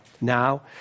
now